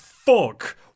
Fuck